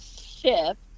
shift